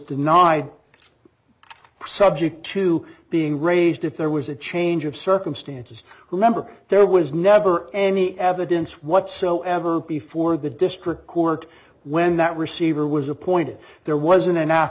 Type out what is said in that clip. denied subject to being raised if there was a change of circumstances who member there was never any evidence whatsoever before the district court when that receiver was appointed there was